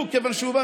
כיוון שהוא בא,